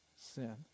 sin